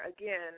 again